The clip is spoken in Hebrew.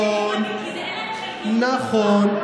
נכון.